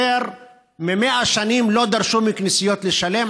יותר מ-100 שנים לא דרשו מכנסיות לשלם,